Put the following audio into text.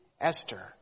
Esther